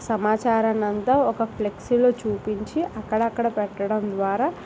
సమాచారాన్ని అంతా ఒక ఫ్లెక్సీలో చూపించి అక్కడక్కడ పెట్టడం ద్వారా